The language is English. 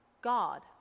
God